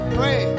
pray